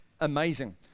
Amazing